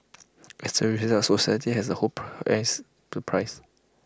as A result society has A whole price pay price